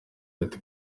leta